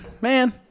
man